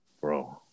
bro